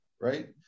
right